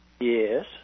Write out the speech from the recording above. Yes